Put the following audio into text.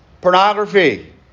Pornography